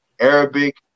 Arabic